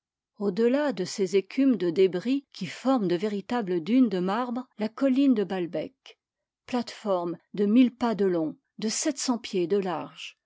au-delà de ces écumes de débris qui forment de véritables dunes de marbre la colline de balbek plate-forme de mille pas de long de sept cents pieds de large